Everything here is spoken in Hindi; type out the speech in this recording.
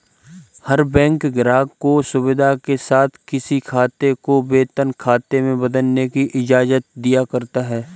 हर बैंक ग्राहक को सुविधा के साथ किसी खाते को वेतन खाते में बदलने की इजाजत दिया करता है